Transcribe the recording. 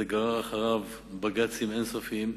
זה גרר אחריו בג"צים אין-סופיים,